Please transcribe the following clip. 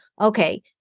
okay